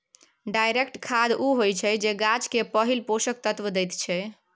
direct खाद उ होइ छै जे गाछ केँ पहिल पोषक तत्व दैत छै